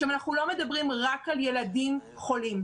אנחנו לא מדברים רק על ילדים חולים,